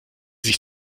sich